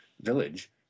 village